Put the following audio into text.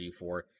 G4